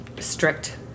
strict